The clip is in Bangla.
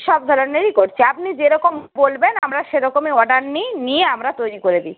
সব ধরনেরই করছি আপনি যেরকম বলবেন আমরা সেরকমই অর্ডার নিই নিয়ে আমরা তৈরি করে দিই